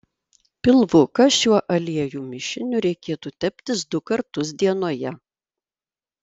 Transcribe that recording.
pilvuką šiuo aliejų mišiniu reikėtų teptis du kartus dienoje